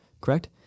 correct